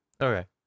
okay